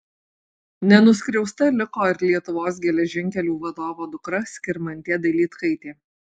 nenuskriausta liko ir lietuvos geležinkelių vadovo dukra skirmantė dailydkaitė